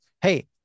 Hey